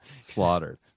slaughtered